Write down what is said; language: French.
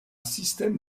système